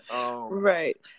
Right